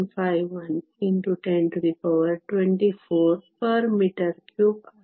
151 x 1024 m 3 ಆಗಿದೆ